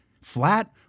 Flat